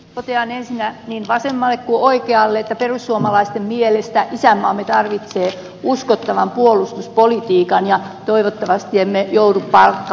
totean ensinnä niin vasemmalle kuin oikeallekin että perussuomalaisten mielestä isänmaamme tarvitsee uskottavan puolustuspolitiikan ja toivottavasti emme joudu palkka armeijaan